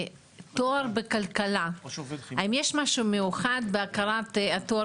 לגבי תואר בכלכלה - האם יש משהו מיוחד בהכרת התואר